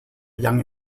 young